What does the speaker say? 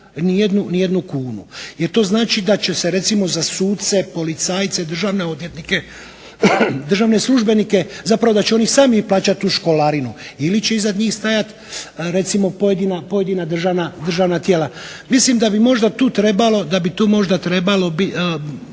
ni jednu kunu. Jer to znači da će se recimo za suce, policajce, državne odvjetnike, državne službenike, zapravo da će oni sami plaćati tu školarinu ili će iza njih stajati recimo pojedina državna tijela. Mislim da bi možda tu trebalo biti